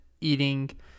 eating